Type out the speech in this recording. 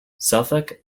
suffolk